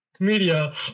Media